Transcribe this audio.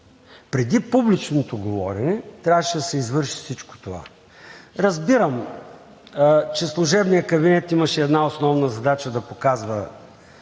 преди публичното говорене трябваше да се извърши всичко това. Разбирам, че служебният кабинет имаше една основна задача – да показва